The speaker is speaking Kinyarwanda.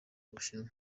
bushinwa